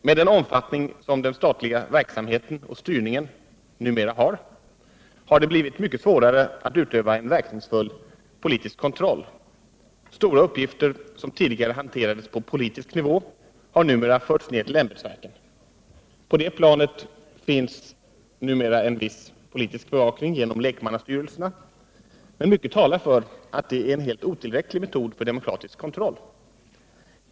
Med den omfattning som den statliga verksamheten och styrningen numera har har det blivit mycket svårare att utöva en verkningsfull politisk kontroll. Stora uppgifter som tidigare hanterades på politisk nivå har förts ner till ämbetsverken. På det planet finns numera en viss politisk bevakning genom lek mannastyrelserna, men mycket talar för att det är en helt otillräcklig metod för demokratisk kontroll.